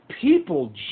People